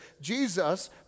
Jesus